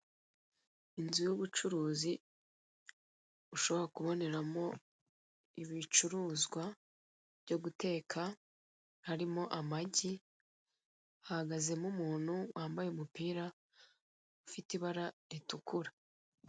Inzu y'ubucuruzi ushobora kuboneramo ibicuruzwa byo guteka harimo amagi hahagazemo umuntu wambaye umupira ufite ibara ritukura.